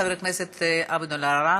חבר הכנסת טלב אבו עראר.